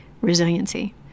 resiliency